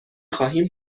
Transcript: خواهیم